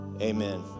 amen